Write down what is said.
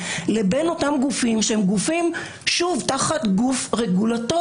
המידע הרי